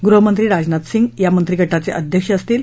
गृहमंत्री राजनाथ सिंग या मंत्रिगटाचे अध्यक्ष असतील